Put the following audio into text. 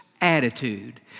attitude